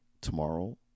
tomorrow